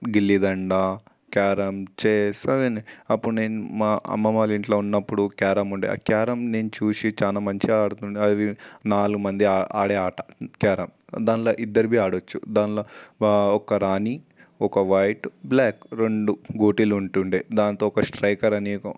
గిల్లిదండ carrom chess అవన్నీ అప్పుడు నేను మా అమ్మమ్మా వాళ్ళ ఇంట్లో ఉన్నప్పుడు క్యారమ్ ఉండే ఆ క్యారమ్ నేను చూసి చాలా మంచిగా అడుతుండె అది నాలుగుమంది ఆడే ఆట క్యారమ్ దాంట్లో ఇద్దరు ఆడచ్చు దాంట్లో ఒక రాణి ఒక వైట్ బ్లాక్ రెండు గోటిలు ఉంటు ఉండే దానితో ఒక స్ట్రైకర్ అని